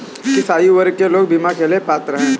किस आयु वर्ग के लोग बीमा के लिए पात्र हैं?